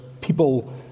people